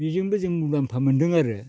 बेजोंबो जों मुलाम्फा मोन्दों आरो